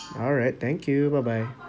alright thank you bye bye